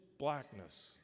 blackness